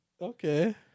Okay